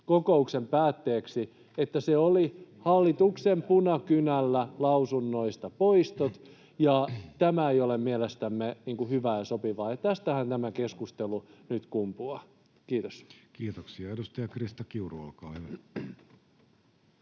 kokouksen päätteeksi se, että hallituksen punakynällä tehtiin lausunnoista poistot. Tämä ei ole mielestämme hyvää ja sopivaa, ja tästähän tämä keskustelu nyt kumpuaa. — Kiitos. Kiitoksia. — Edustaja Krista Kiuru, olkaa hyvä.